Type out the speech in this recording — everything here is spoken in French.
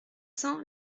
cents